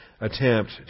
attempt